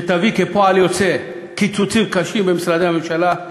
שיביא כפועל יוצא קיצוצים קשים במשרדי הממשלה,